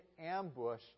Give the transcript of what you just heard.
ambush